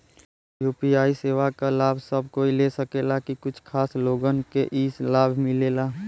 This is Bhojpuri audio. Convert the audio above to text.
यू.पी.आई सेवा क लाभ सब कोई ले सकेला की कुछ खास लोगन के ई लाभ मिलेला?